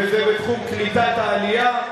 וזה בתחום קליטת העלייה.